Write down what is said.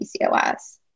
PCOS